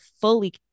fully